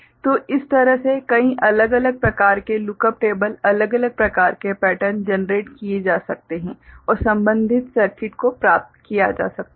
तो इस तरह से कई अलग अलग प्रकार के लुक अप टेबल अलग अलग प्रकार के पैटर्न जनरेट किए जा सकता है और संबन्धित सर्किट को प्राप्त किया जा सकता है